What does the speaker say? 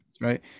Right